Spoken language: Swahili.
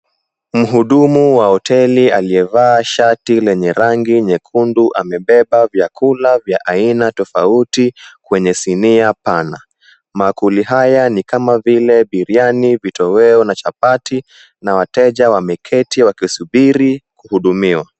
Mhudumu wa hoteli aliyevaa shati lenye rangi nyekundu amebeba vyakula vya aina tofauti kwenye sinia pana, maankuli haya ni kama vile biriyani, vitoweo na chapati na wateja wameketi wakisubiri kuhudumiwa.